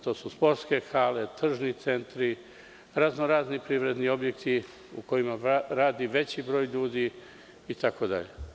To su sportske hale, tržni centri, razno-razni privredni objekti u kojima radi veći broj ljudi itd.